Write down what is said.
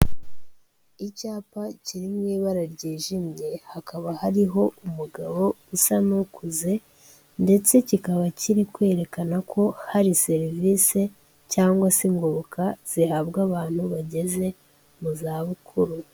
Icyapa kiri mu ibara ryijimye, hakaba hariho umugabo usa n'ukuze ndetse kikaba kiri kwerekana ko hari serivisi cyangwa se ingoboka zihabwa abantu bageze mu zabukuru.